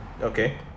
Okay